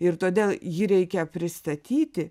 ir todėl jį reikia pristatyti